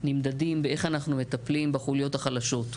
נמדדים באיך אנחנו מטפלים בחוליות החלשות.